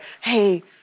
hey